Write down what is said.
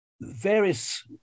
various